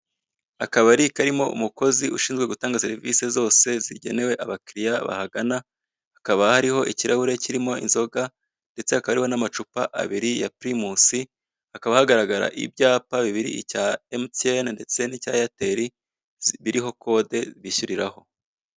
Akabari karimo umukozi ushinzwe gutanga serivise zose zigenewe abakiliya bahagana, hakaba hariho ikirahure kirimo inzoga, ndetse hakaba hariho amacupa abiri ya purimusi hakaba hagaragara ibyapa bibiri icya emutiyene ndetse n'icya eyateli, biriho kode bishyuriraho.